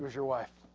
your wife.